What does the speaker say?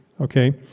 okay